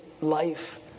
life